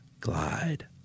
glide